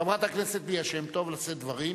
חברת הכנסת ליה שמטוב, לשאת דברים,